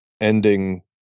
ending